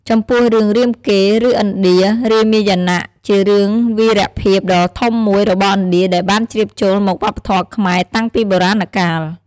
ចំពោះ រឿង រាមកេរ្តិ៍ ឬឥណ្ឌា រាមាយណៈ ជារឿងវីរភាពដ៏ធំមួយរបស់ឥណ្ឌាដែលបានជ្រាបចូលមកវប្បធម៌ខ្មែរតាំងពីបុរាណកាល។